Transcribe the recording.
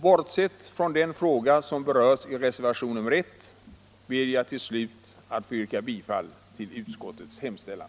Bortsett från den fråga som berörs i reservationen 1 ber jag till slut att få yrka bifall till utskottets hemställan.